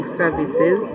services